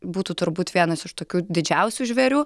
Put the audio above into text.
būtų turbūt vienas iš tokių didžiausių žvėrių